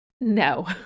No